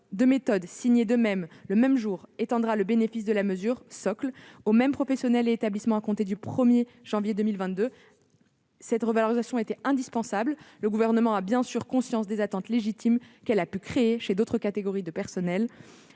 de méthode, signé le même jour, étendra le bénéfice de la mesure socle aux mêmes professionnels et établissements à compter du 1 janvier 2022. Cette revalorisation était indispensable. Le Gouvernement a conscience des attentes légitimes qu'elle a pu créer chez d'autres catégories de personnel.